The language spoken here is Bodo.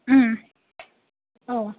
ओम औ